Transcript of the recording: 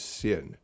sin